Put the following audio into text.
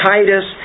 Titus